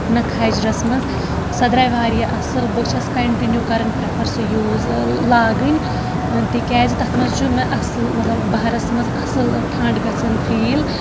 نہ کھجرس منٛز سۄ درایہِ واریاہ اَصٕل بہٕ چھَس کَنٹِنیو کران پریفر سُہ یوٗز لاگٕنۍ تِکیازِ تَتھ منٛز چھُ مےٚ اَصٕل مطلب بہارَس منٛز اَصٕل ٹھنڈ گژھان فیٖل